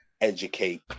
educate